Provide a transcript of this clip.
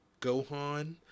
Gohan